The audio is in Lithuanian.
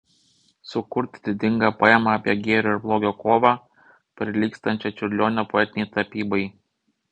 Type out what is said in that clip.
sukurti didingą poemą apie gėrio ir blogio kovą prilygstančią čiurlionio poetinei tapybai